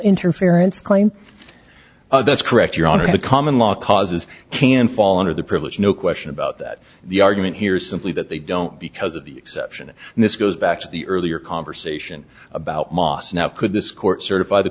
interference claim that's correct your honor the common law causes can fall under the privilege no question about that the argument here is simply that they don't because of the exception and this goes back to the earlier conversation about moss now could this court certify the